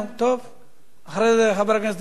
אחרי זה, חבר הכנסת נסים זאב.